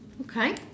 Okay